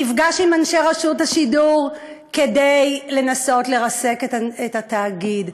נפגש עם אנשי רשות השידור כדי לנסות לרסק את התאגיד.